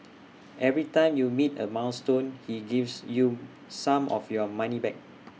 every time you meet A milestone he gives you some of your money back